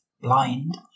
blind